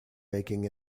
making